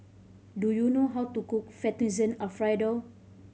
do you know how to cook Fettuccine Alfredo